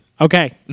Okay